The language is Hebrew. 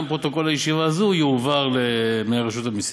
גם פרוטוקול הישיבה הזאת יועבר למנהל רשות המסים,